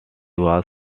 was